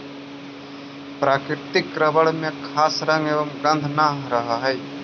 प्राकृतिक रबर में खास रंग व गन्ध न रहऽ हइ